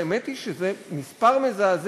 האמת היא שזה מספר מזעזע,